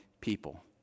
people